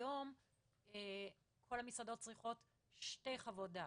שהיום כל המסעדות צריכות שתי חוות דעת,